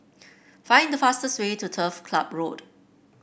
find the fastest way to Turf Club Road